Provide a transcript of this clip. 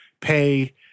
pay